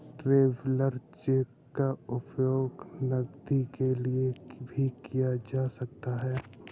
travellers cheque का उपयोग नकदी के लिए भी किया जा सकता है